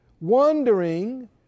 wondering